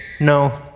no